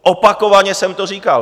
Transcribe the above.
Opakovaně jsem to říkal.